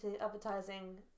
advertising